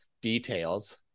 details